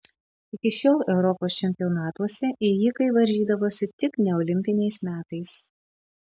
iki šiol europos čempionatuose ėjikai varžydavosi tik neolimpiniais metais